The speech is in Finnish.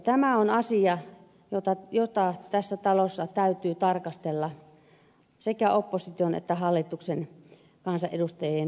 tämä on asia jota tässä talossa täytyy tarkastella sekä opposition että hallituksen kansanedustajien toimesta